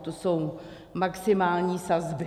To jsou maximální sazby.